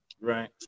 Right